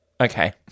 Okay